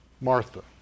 Martha